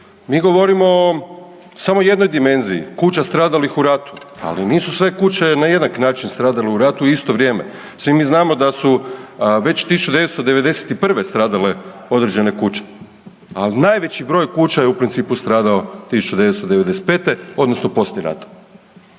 Mi govorimo o samo jednoj dimenziji, kuća stradalih u ratu. Ali nisu sve kuće na jednak način stradale u ratu u isto vrijeme. Svi mi znamo da su već 1991. stradale određene kuće. Ali najveći broj kuća je u principu stradao 1995. odnosno poslije rata